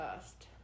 first